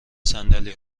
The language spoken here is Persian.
صندل